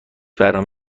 برنامه